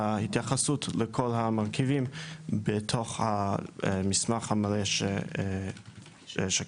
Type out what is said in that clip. אפשר לראות את ההתייחסות לכל המרכיבים בתוך המסמך המלא שכתבנו.